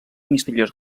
misteriós